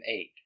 Eight